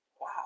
Wow